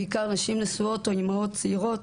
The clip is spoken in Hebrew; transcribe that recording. בעיקר נשים נשואות או אימהות צעירות